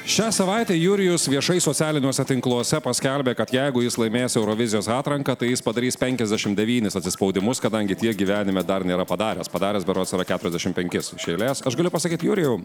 šią savaitę jurijus viešai socialiniuose tinkluose paskelbė kad jeigu jis laimės eurovizijos atranką tai jis padarys penkiasdešimt devynis atsispaudimus kadangi tiek gyvenime dar nėra padaręs padaręs berods yra keturiasdešimt penkis iš eilės aš galiu pasakyt jurijau